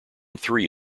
three